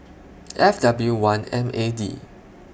F W one M A D